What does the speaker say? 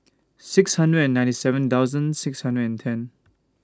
six hundred and ninety seven thousand six hundred and ten